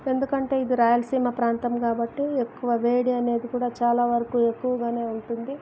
ఎందుకంటే ఇది రాయలసీమ ప్రాంతం కాబట్టి ఎక్కువ వేడి అనేది కూడా చాలా వరకు ఎక్కువగానే ఉంటుంది